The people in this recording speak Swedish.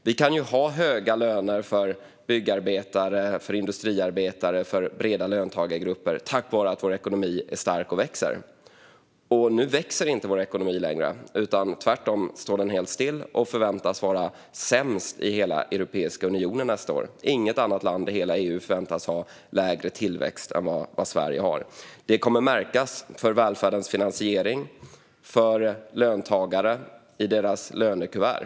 Vi kan ha höga löner för byggarbetare, industriarbetare och breda löntagargrupper tack vare att vår ekonomi är stark och växer. Nu växer inte vår ekonomi längre. Tvärtom står den helt stilla och förväntas nästa år vara sämst i hela Europeiska unionen. Inget annat land i hela EU förväntas ha lägre tillväxt än vad Sverige har. Detta kommer att märkas i finansieringen av välfärden och i löntagarnas lönekuvert.